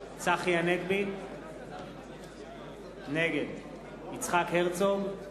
צחי הנגבי, נגד יצחק הרצוג,